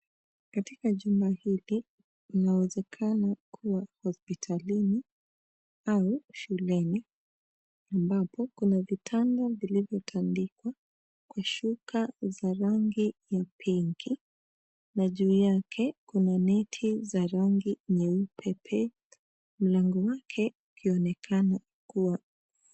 Katika jumba hili kuna uwezekano kuwa hospitalini au shuleni ambapo kuna vitanda vilivyo tandikwa kwa shuka za rangi ya pinki na juu yake kuna neti za rangi nyeupe pe mlango wake ukionekana kuwa.